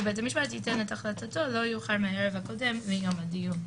ובית המשפט ייתן את החלטתו לא יאוחר מהערב הקודם ליום הדיון.